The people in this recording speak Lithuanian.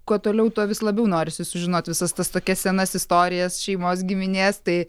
kuo toliau tuo vis labiau norisi sužinot visas tas tokias senas istorijas šeimos giminės tai